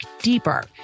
deeper